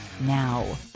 Now